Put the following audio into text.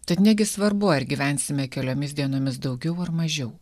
tad negi svarbu ar gyvensime keliomis dienomis daugiau ar mažiau